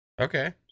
Okay